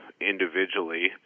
individually